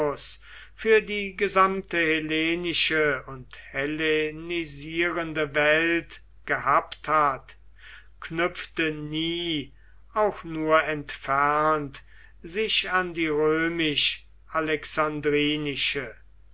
für die gesamte hellenische und hellenisierende welt gehabt hat knüpfte nie auch nur entfernt sich an die römisch alexandrinische